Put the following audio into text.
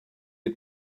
had